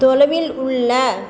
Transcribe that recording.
தொலைவில் உள்ள